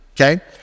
okay